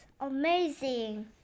amazing